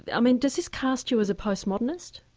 i mean does this cast you as a postmodernist?